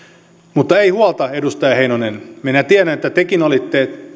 mutta ei huolta edustaja heinonen minä tiedän että tekin olitte